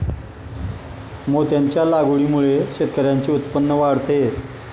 मोत्यांच्या लागवडीमुळे शेतकऱ्यांचे उत्पन्न वाढते